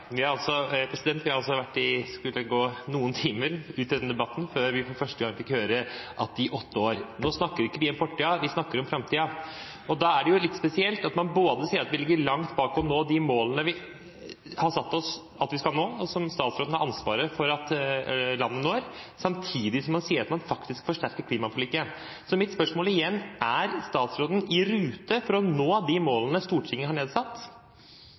Det skulle altså ikke gå mange timer ut i denne debatten før vi for første gang fikk høre «i åtte år .» Nå snakker vi ikke om fortiden, vi snakker om framtiden. Da er det jo litt spesielt at man både sier at vi ligger langt fra å nå de målene vi har satt oss, og som statsråden har ansvaret for at landet når, samtidig som man sier at man faktisk forsterker klimaforliket. Så mitt spørsmål – igjen – er: Er statsråden i rute når det gjelder å nå de målene Stortinget har